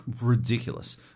ridiculous